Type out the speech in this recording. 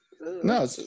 No